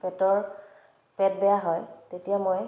পেটৰ পেট বেয়া হয় তেতিয়া মই